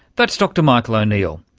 that's dr michael o'neill,